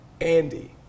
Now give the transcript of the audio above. Andy